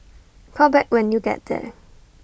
call back when you get there